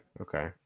Okay